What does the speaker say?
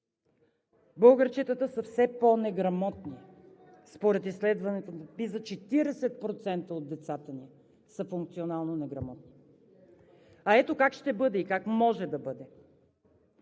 българчетата са все по-неграмотни. Според изследването близо 40% от децата ни са функционално неграмотни. А ето как ще бъде и как може да бъде: